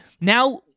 Now